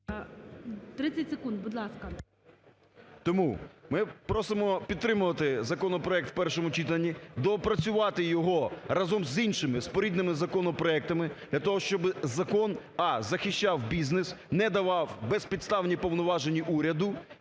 Тому ми просимо підтримувати законопроект в першому читанні. Доопрацювати його разом з іншими спорідненими законопроектами для того, щоб закон: а) захищав бізнес, не давав безпідставні повноваження уряду,